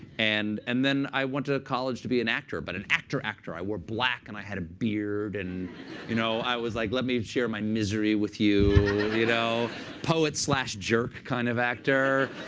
and and then i went to college to be an actor, but an actor actor. i wore black, and i had a beard. and you know i was like, let me share my misery with you. you know poet slash jerk kind of actor.